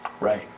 right